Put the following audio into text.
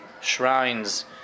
shrines